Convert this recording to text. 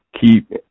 keep